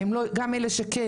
וגם אלה שכן,